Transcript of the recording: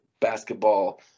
basketball